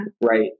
Right